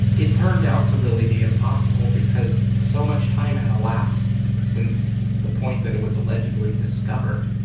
it turned out to really be impossible because so much time had elapsed since the point that it was allegedly discovered.